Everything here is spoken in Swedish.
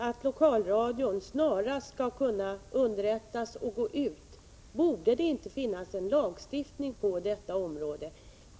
att lokalradion snarast skall kunna underrättas och gå ut med information — borde det finnas en lagstiftning på detta område.